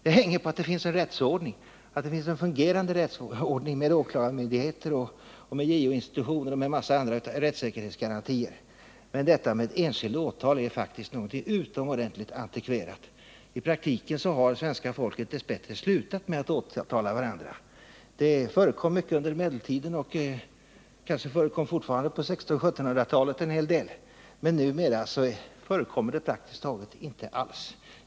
Rättssäkerheten hänger på att det finns en fungerande rättsordning med åklagarmyndigheter, JO institutionen och en massa andra rättssäkerhetsgarantier. Detta med enskilt åtal är faktiskt något utomordentligt antikverat. I praktiken har svenska folket dess bättre slutat med att åtala varandra. Det förekom mycket under medeltiden, och det kanske också förekom en del på 1600 och 1700-talen, men numera förekommer det praktiskt taget inte alls.